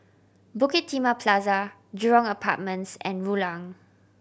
Bukit Timah Plaza Jurong Apartments and Rulang